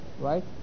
right